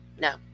No